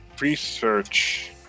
Research